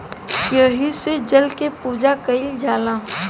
एही से जल के पूजा कईल जाला